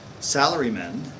salarymen